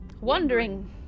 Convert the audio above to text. wondering